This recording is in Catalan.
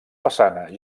façana